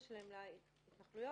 בבקשה.